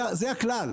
זה הכלל.